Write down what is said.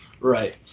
right